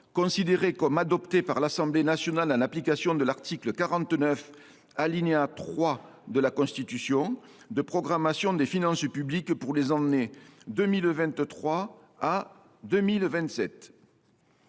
considéré comme adopté par l’Assemblée nationale en application de l’article 49, alinéa 3, de la Constitution, de programmation des finances publiques pour les années 2023 à 2027